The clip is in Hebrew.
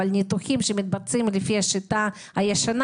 אבל ניתוחים שמתבצעים על פי השיטה הישנה